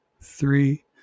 three